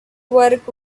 work